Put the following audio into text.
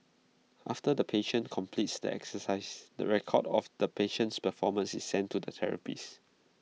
after the patient completes the exercises the record of the patient's performance is sent to the therapist